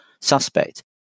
suspect